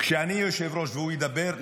--- כשאני אהיה יושב-ראש והוא ידבר,